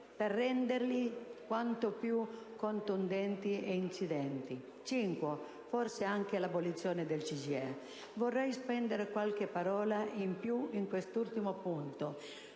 per renderli quanto più contundenti e incidenti. Infine, si prefigura forse l'abolizione del CGIE. Vorrei spendere qualche parola in più su quest'ultimo punto.